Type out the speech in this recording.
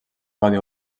codi